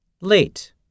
Late